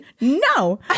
No